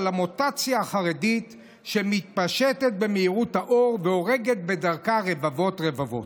על המוטציה החרדית שמתפשטת במהירות האור והורגת בדרכה רבבות-רבבות.